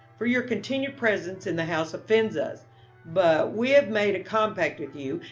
for your continued presence in the house offends us but we have made a compact with you,